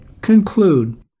conclude